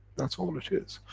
that's all it is.